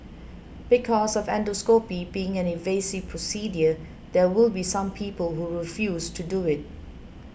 because of endoscopy being an invasive procedure there will be some people who refuse to do it